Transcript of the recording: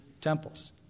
temples